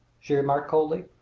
she remarked coldly.